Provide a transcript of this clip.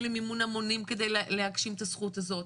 למימון המונים כדי להגשים את הזכות הזאת,